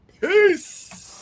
Peace